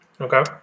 Okay